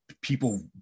people